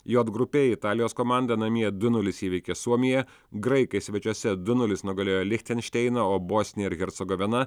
j grupėj italijos komanda namie du nulis įveikė suomiją graikai svečiuose du nulis nugalėjo lichtenšteiną o bosnija ir hercogovina